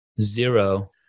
zero